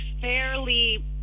fairly